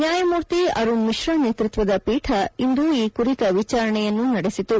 ನ್ಯಾಯಮೂರ್ತಿ ಅರುಣ್ಮಿಶ್ರ ನೇತೃತ್ವದ ಪೀಠ ಇಂದು ಈ ಕುರಿತ ಎಚಾರಣೆಯನ್ನು ನಡೆಸಿತು